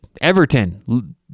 Everton